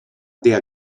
dea